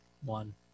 one